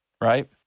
right